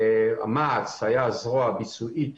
מ.ע.צ היה הזרוע הביצועית